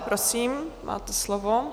Prosím, máte slovo.